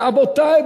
רבותי,